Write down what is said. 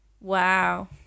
Wow